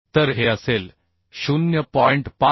तर हे असेल 0